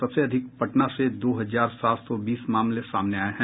सबसे अधिक पटना से दो हजार सात सौ बीस मामले सामने आये हैं